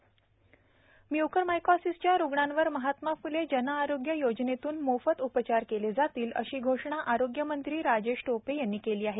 mucormycosis म्युकरमायकोसीसच्यारुग्णांवर महात्मा फुले जनआरोग्य योजनेतून मोफत उपचार केले जातील अशी घोषणा आरोग्यमंत्री राजेश टोपे यांनी केली आहे